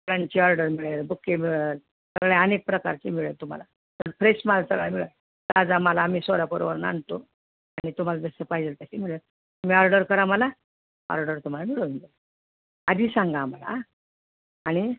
फुलांची ऑर्डर मिळेल बुक्के मिळंल सगळे अनेक प्रकारचे मिळेल तुम्हाला फ्रेश माल सगळा मिळंल ताजा माल आम्ही सोलापूरवरनं आणतो आणि तुम्हाला जसं पाहिजेल तशी मिळंल तुम्ही आर्डर करा मला ऑर्डर तुम्हाला मिळवून देऊ आधी सांगा आम्हाला आं आणि